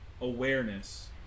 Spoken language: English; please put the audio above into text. awareness